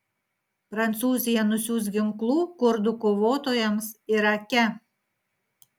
prancūzija nusiųs ginklų kurdų kovotojams irake